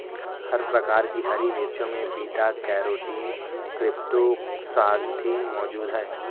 हर प्रकार की हरी मिर्चों में बीटा कैरोटीन क्रीप्टोक्सान्थिन मौजूद हैं